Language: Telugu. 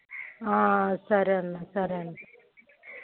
సరే అన్న సరే అన్న